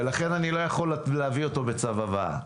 ולכן אני לא יכול להביא אותו בצו הבאה.